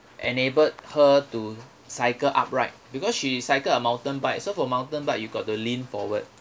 enabled her to cycle upright because she cycle a mountain bike so for mountain bike you got to lean forward